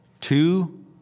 two